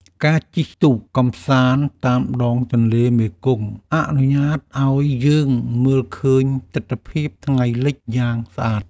ការជិះទូកកម្សាន្តតាមដងទន្លេមេគង្គអនុញ្ញាតឱ្យយើងមើលឃើញទិដ្ឋភាពថ្ងៃលិចយ៉ាងស្អាត។